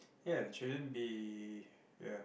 ya it shouldn't be ya